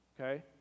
Okay